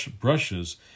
brushes